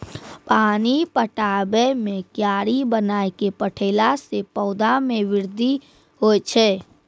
पानी पटाबै मे कियारी बनाय कै पठैला से पौधा मे बृद्धि होय छै?